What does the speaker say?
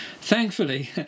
Thankfully